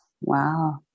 Wow